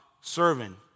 serving